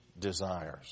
desires